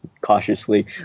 cautiously